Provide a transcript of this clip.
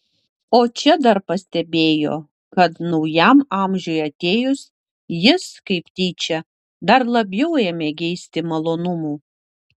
o čia dar pastebėjo kad naujam amžiui atėjus jis kaip tyčia dar labiau ėmė geisti malonumų